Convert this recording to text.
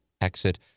exit